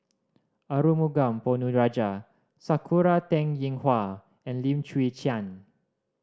Arumugam Ponnu Rajah Sakura Teng Ying Hua and Lim Chwee Chian